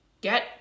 get